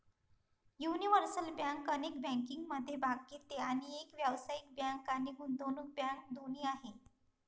universal bank अनेक बँकिंगमध्ये भाग घेते आणि एक व्यावसायिक बँक आणि गुंतवणूक बँक दोन्ही आहे